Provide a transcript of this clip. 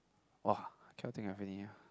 !wah! I cannot think any ah